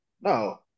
No